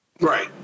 Right